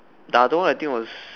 the other one I think it was